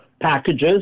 packages